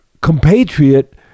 compatriot